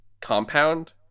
compound